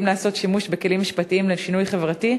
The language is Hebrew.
לעשות שימוש בכלים משפטיים למען שינוי חברתי,